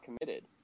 committed